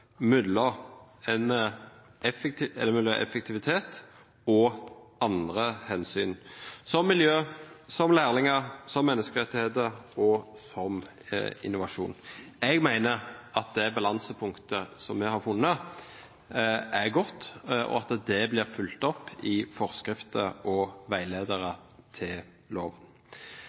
mellom effektivitet og andre hensyn – som miljø, som lærlinger, som menneskerettigheter og som innovasjon. Jeg mener at det balansepunktet som vi har funnet, er godt, og at det blir fulgt opp i forskrifter og veiledere til